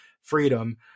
freedom